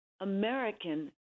American